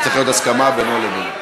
זו צריכה להיות הסכמה בינו לבין,